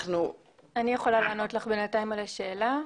בינתיים יכולה לענות לך על השאלה.